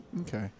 Okay